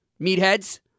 meatheads